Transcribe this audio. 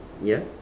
ya